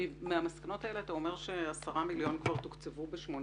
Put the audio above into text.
מהמסקנות האלה אתה אומר ש-10 מיליון שקלים כבר תוקצבו ב-2018.